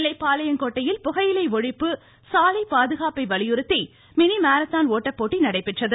நெல்லை பாளையங்கோட்டையில் புகையிலை ஒழிப்பு சாலை பாதுகாப்பை வலியுறுத்தி மினி மாரத்தான் ஓட்டப்போட்டி நடைபெற்றது